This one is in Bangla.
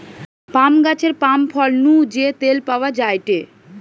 পাম গাছের পাম ফল নু যে তেল পাওয়া যায়টে